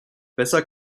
besser